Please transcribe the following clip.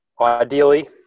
ideally